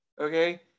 okay